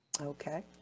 okay